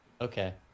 Okay